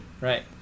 Right